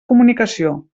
comunicació